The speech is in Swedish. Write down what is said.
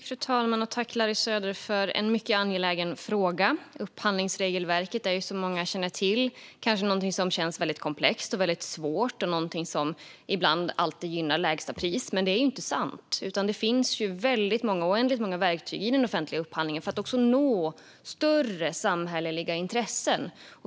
Fru talman! Tack för en mycket angelägen fråga, Larry Söder! Som många känner till är upphandlingsregelverket något som kanske kan kännas väldigt komplext och svårt och som något som alltid gynnar lägsta pris, men det är inte sant. Det finns oändligt många verktyg för att inom den offentliga upphandlingen uppnå större samhälleliga intressen.